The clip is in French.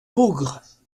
peaugres